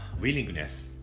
willingness